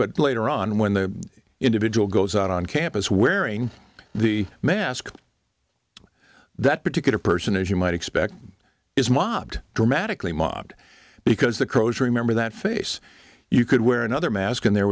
but later on when the individual goes out on campus wearing the mask that particular person as you might expect is mobbed dramatically mobbed because the crows remember that face you could wear another mask and there